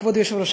כבוד היושב-ראש,